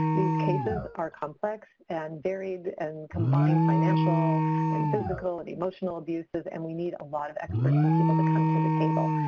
these cases are complex and varied and combining financial and physical and emotional abuses. we need a lot of experts and people to come to the table.